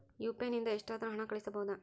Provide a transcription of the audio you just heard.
UPI ನಿಂದ ಎಷ್ಟಾದರೂ ಹಣ ಕಳಿಸಬಹುದಾ?